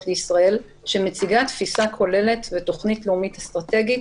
לישראל שמציגה תפיסה כוללת ותכנית לאומית אסטרטגית